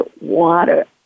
water